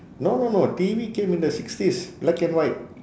no no no T_V came in the sixties black and white